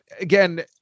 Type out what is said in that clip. again